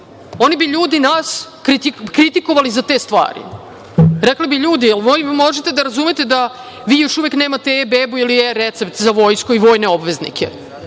oni bi ljudi nas kritikovali za te stvari. Rekli bi – ljudi, jel možete da razumete da vi još uvek nemate „E-bebu“ ili „E-recept“ za vojsku i vojne obveznike,